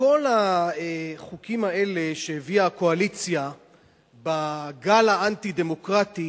מכל החוקים האלה שהביאה הקואליציה בגל האנטי-דמוקרטי,